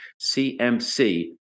CMC